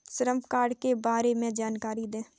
श्रम कार्ड के बारे में जानकारी दें?